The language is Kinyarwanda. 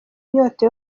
inyota